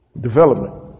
Development